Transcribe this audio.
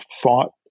thought